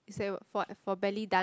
it's like for what for belly dance